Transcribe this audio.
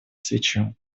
свечу